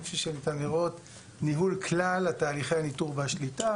וכפי שניתן לראות ניהול כלל תהליכי הניטור והשליטה